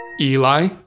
eli